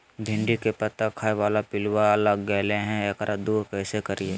भिंडी के पत्ता खाए बाला पिलुवा लग गेलै हैं, एकरा दूर कैसे करियय?